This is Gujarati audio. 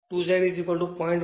તેથી 2 Z 0